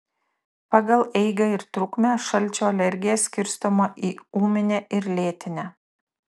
pagal eigą ir trukmę šalčio alergija skirstoma į ūminę ir lėtinę